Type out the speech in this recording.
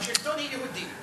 השלטון יהודי.